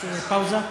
פאוזה?